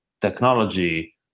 technology